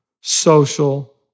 social